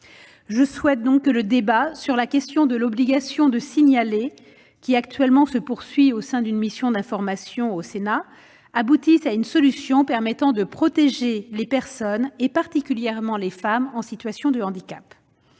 Je souhaite donc que le débat sur la question de l'obligation de signaler, actuellement en cours au sein d'une mission d'information au Sénat, aboutisse à une solution permettant de protéger les personnes en situation de handicap,